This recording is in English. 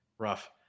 rough